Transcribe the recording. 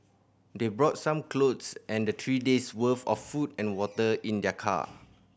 they brought some clothes and three days' worth of food and water in their car